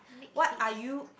what are you